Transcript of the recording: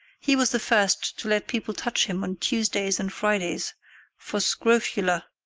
he was the first to let people touch him on tuesdays and fridays for scrofula,